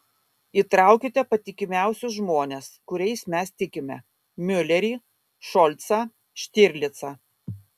įtraukite patikimiausius žmones kuriais mes tikime miulerį šolcą štirlicą